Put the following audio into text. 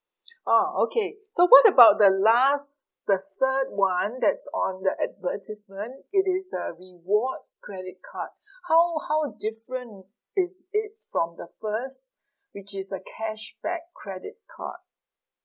orh okay so what about the last the third one that's on the advertisement it is a rewards credit card how how different is it from the first which is a cashback credit card